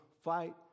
fight